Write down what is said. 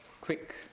quick